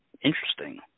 interesting